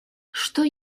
что